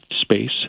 space